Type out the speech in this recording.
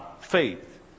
faith